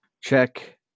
Check